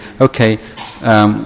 okay